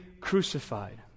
crucified